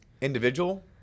Individual